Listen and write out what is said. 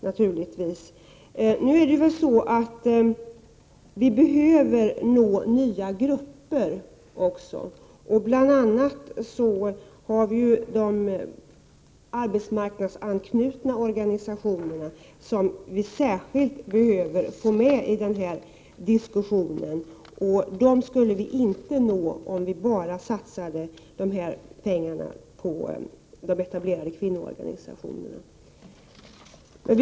Det är också viktigt att nå nya grupper, bl.a. de arbetsmarknadsanknutna organisationerna, som särskilt behöver komma med i denna diskussion. Den skulle vi inte nå om vi bara satsade pengarna på de etablerade kvinnoorganisationerna.